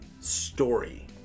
story